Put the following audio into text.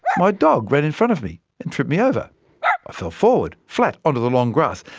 my dog ran in front of me and tripped me over. i fell forward, flat, onto the long grass.